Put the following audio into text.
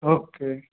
okay